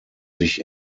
sich